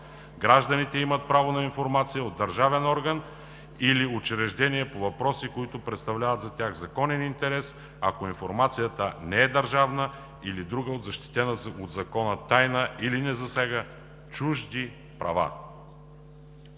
Гражданите имат право на информация от държавен орган или учреждение по въпроси, които представляват за тях законен интерес, ако информацията не е държавна или друга защитена от закона тайна, или не засяга чужди права.“